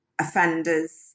offenders